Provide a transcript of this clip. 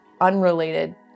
unrelated